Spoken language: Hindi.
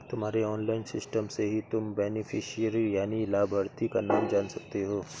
तुम्हारे ऑनलाइन सिस्टम से ही तुम बेनिफिशियरी यानि लाभार्थी का नाम जान सकते हो